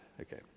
okay